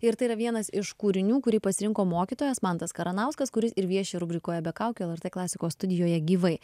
ir tai yra vienas iš kūrinių kurį pasirinko mokytojas mantas karanauskas kuris ir vieši rubrikoje be kaukių lrt klasikos studijoje gyvai